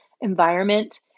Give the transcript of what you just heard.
environment